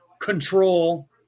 control